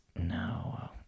No